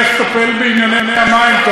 לך טפל בענייני המים,